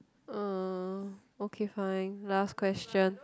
uh okay fine last question